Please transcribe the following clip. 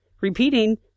repeating